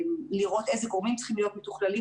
לראות איזה גורמים צריכים להיות מתוכללים